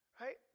right